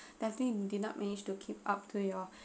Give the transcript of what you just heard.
definitely we did not manage to keep up to your